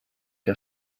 que